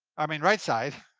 i mean right side,